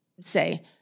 say